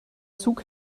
zug